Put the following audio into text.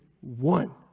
one